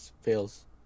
fails